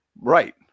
Right